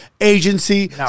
Agency